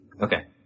Okay